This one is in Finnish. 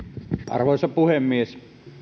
arvoisa puhemies